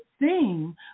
theme